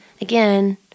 again